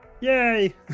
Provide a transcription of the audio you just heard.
yay